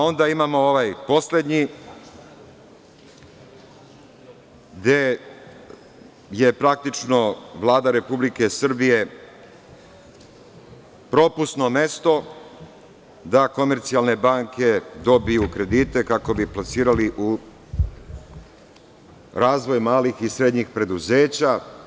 Onda imamo ovaj poslednji, gde je praktično Vlada Republike Srbije propusno mesto da komercijalne banke dobiju kredite kako bi ih plasirali u razvoj malih i srednjih preduzeća.